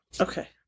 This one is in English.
Okay